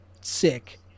sick